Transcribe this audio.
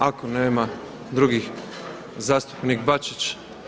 Ako nema drugih, zastupnik Bačić.